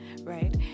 right